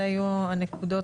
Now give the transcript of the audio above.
אלו היו הנקודות.